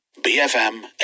BFM